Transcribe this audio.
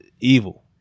evil